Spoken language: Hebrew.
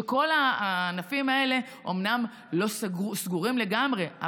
וכל הענפים האלה אומנם לא סגורים לגמרי,